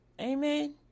Amen